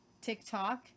TikTok